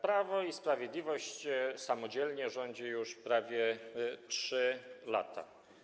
Prawo i Sprawiedliwość samodzielnie rządzi już prawie 3 lata.